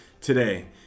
Today